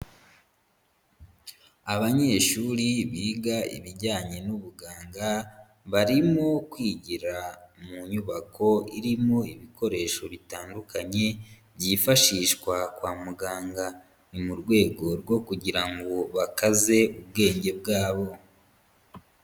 Abanyeshuri biga ibijyanye n'ubuganga, barimo kwigira mu nyubako irimo ibikoresho bitandukanye byifashishwa kwa muganga. Ni mu rwego rwo kugira ngo bakaze ubwenge bwabo.